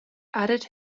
added